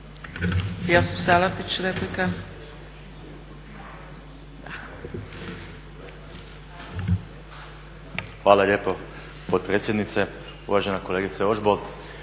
Hvala lijepo potpredsjednice. Uvažena kolegice Ožbolt,